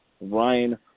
Ryan